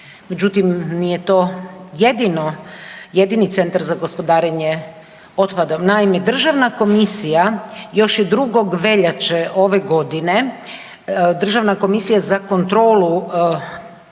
Međutim, nije to jedino, jedini centar za gospodarenje otpadom. Naime, državna komisija još je 2. veljače ove godine Državna komisija za kontrolu postupaka